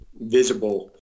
visible